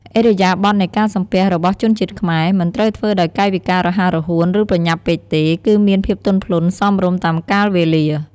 ឥរិយាបថនៃការសំពះរបស់ជនជាតិខ្មែរ មិនត្រូវធ្វើដោយកាយវិការរហ័សរហួន ឬប្រញាប់ពេកទេ គឺមានភាពទន់ភ្លន់សមរម្យតាមកាលវេលា។